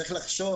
צריך רק לחשוב,